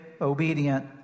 obedient